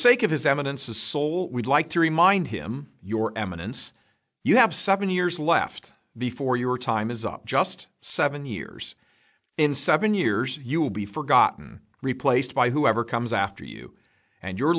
sake of his evidence a soul would like to remind him your eminence you have seven years left before your time is up just seven years in seven years you will be forgotten replaced by whoever comes after you and your